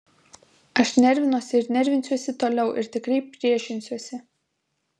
aš nervinuosi ir nervinsiuosi toliau ir tikrai priešinsiuosi